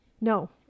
No